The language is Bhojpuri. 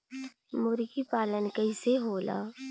मुर्गी पालन कैसे होला?